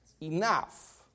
enough